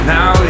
Now